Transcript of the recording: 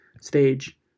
stage